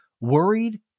worried